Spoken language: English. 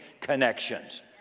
connections